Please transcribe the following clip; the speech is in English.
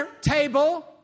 table